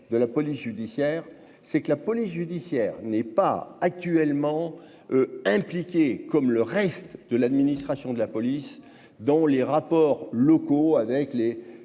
de la police judiciaire, c'est que la police judiciaire n'est pas actuellement impliqué comme le reste de l'administration de la police dans les rapports locaux avec les,